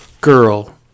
girl